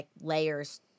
layers